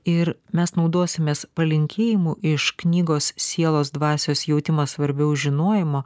ir mes naudosimės palinkėjimu iš knygos sielos dvasios jautimas svarbiau žinojimo